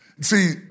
See